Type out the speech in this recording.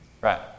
Right